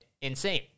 insane